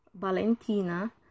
Valentina